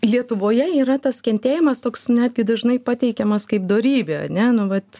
lietuvoje yra tas kentėjimas toks netgi dažnai pateikiamas kaip dorybė ane nu vat